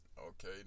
Okay